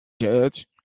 judge